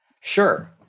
Sure